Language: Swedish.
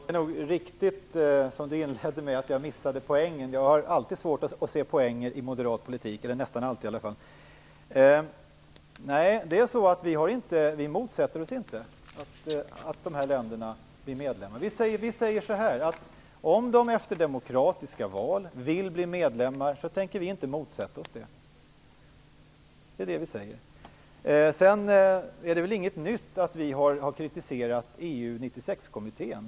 Herr talman! Det är nog riktigt som Sten Tolgfors inledde med, att jag missade poängen. Jag har alltid svårt att se poänger i moderat politik, eller nästan alltid i alla fall. Nej, vi motsätter inte att dessa länder blir medlemmar i EU. Vi säger att om de efter demokratiska val vill bli medlemmar, så tänker vi inte motsätta oss det. Sedan är det väl inget nytt att vi har kritiserat EU 96-kommittén.